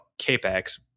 capex